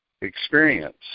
experience